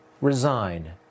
resign